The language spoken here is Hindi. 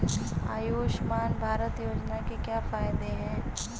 आयुष्मान भारत योजना के क्या फायदे हैं?